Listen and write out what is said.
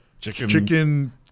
Chicken